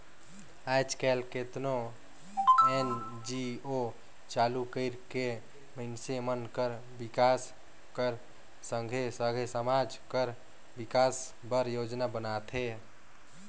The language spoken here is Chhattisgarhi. आएज काएल केतनो एन.जी.ओ चालू कइर के मइनसे मन कर बिकास कर संघे संघे समाज कर बिकास बर योजना बनाथे